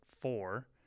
four